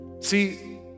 See